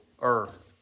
earth